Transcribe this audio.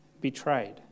betrayed